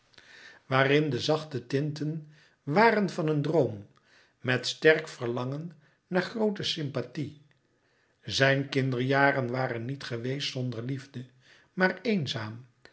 waarin de zachte tinten waren van een droom met sterk verlangen naar groote sympathie zijn kinderjaren waren niet geweest zonder liefde maar eenzaam